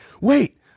wait